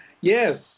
yes